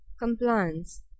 compliance